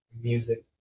music